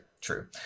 true